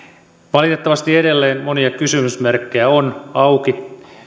valitettavasti edelleen monia kysymysmerkkejä on auki